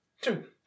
Two